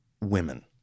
women